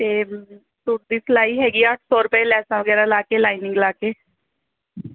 ਅਤੇ ਸੂਟ ਦੀ ਸਿਲਾਈ ਹੈਗੀ ਹੈ ਅੱਠ ਸੌ ਰੁਪਏ ਲੈਸਾਂ ਵਗੈਰਾ ਲਾ ਕੇ ਲਾਈਨਿੰਗ ਲਾ ਕੇ